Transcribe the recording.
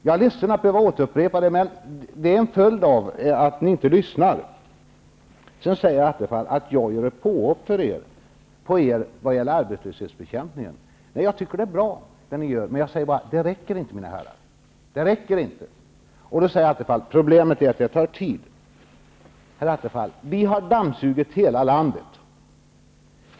Jag är ledsen att behöva återupprepa det, men det är en följd av att ni inte lyssnar. Sedan säger Attefall att jag gör mig skyldig till påhopp på er vad gäller arbetslöshetsbekämpningen. Jag tycker att det ni gör är bra. Jag säger bara att det inte räcker. Då säger Attefall att problemet är att det tar tid. Vi har dammsugit hela landet.